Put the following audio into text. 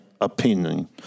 opinion